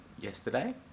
yesterday